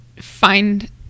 find